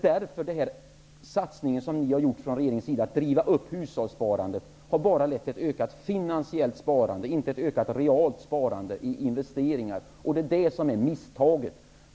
Den satsning som ni har gjort från regeringens sida att driva upp hushållssparandet har bara lett till ett ökat finansiellt sparande, inte till ett ökat reellt sparande i investeringar. Det är det misstag som ni har gjort.